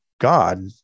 God